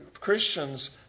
Christians